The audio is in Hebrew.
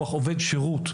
עובד שירות?